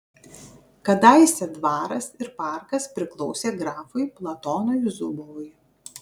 kadaise dvaras ir parkas priklausė grafui platonui zubovui